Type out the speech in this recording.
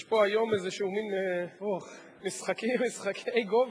יש פה היום איזה מין משחקים, משחקי גובה.